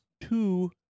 Two